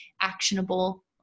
actionable